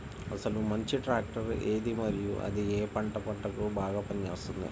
అసలు మంచి ట్రాక్టర్ ఏది మరియు అది ఏ ఏ పంటలకు బాగా పని చేస్తుంది?